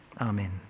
Amen